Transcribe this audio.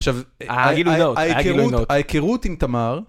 עכשיו, העקירות עם תמר...